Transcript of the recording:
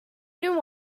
knew